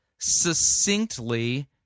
succinctly